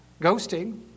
ghosting